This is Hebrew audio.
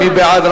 מי בעד?